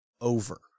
over